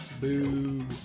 Boo